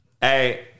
Hey